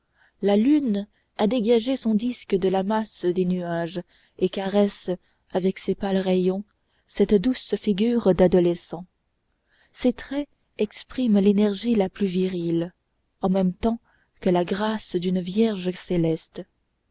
la lune a dégagé son disque de la masse des nuages et caresse avec ses pâles rayons cette douce figure d'adolescent ses traits expriment l'énergie la plus virile en même temps que la grâce d'une vierge céleste